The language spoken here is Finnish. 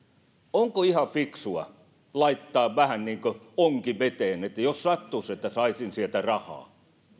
onko ihan fiksua laittaa vähän niin kuin onki veteen että jos sattuisi että saisin sieltä rahaa